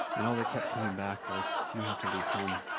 and all that kept coming back was, you have to leave home,